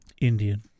Indian